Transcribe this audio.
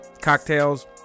cocktails